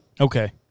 Okay